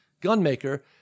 gunmaker